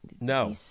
No